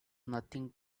nothing